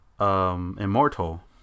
immortal